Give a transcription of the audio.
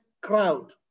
crowd